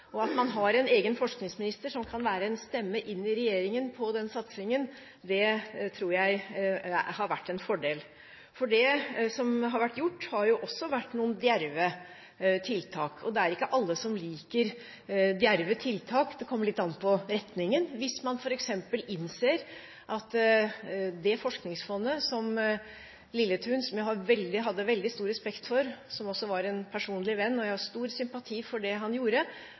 og det at man har en egen forskningsminister som kan være en stemme inn i regjeringen når det gjelder den satsingen, tror jeg har vært en fordel. Det som har vært gjort, har også vært noen djerve tiltak, og det er ikke alle som liker djerve tiltak; det kommer litt an på retningen. Man må f.eks. innse at forskningsfondet til Lilletun – som jeg hadde veldig stor respekt for, og som også var en personlig venn, og jeg har stor sympati for det han gjorde